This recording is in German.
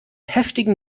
heftigen